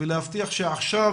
ולהבטיח שעכשיו,